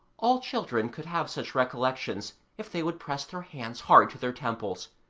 all children could have such recollections if they would press their hands hard to their temples,